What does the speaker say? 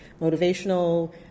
motivational